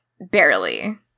barely